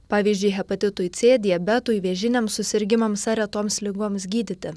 pavyzdžiui hepatitui c diabetui vėžiniams susirgimams ar retoms ligoms gydyti